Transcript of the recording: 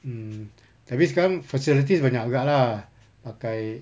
mm tapi sekarang facilities banyak juga lah pakai